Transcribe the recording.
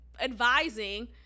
advising